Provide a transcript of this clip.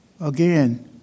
Again